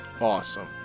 Awesome